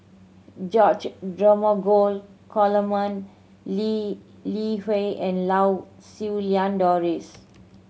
George Dromgold Coleman Lee Li Hui and Lau Siew Lang Doris